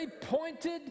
pointed